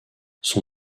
son